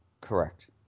correct